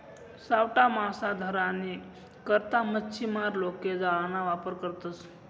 सावठा मासा धरानी करता मच्छीमार लोके जाळाना वापर करतसं